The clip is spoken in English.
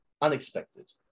unexpected